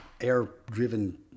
air-driven